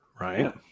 Right